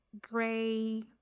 gray